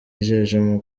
yijeje